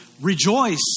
Rejoice